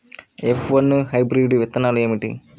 F one hybrid విత్తనాలు ఏమిటి?